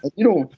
ah you know,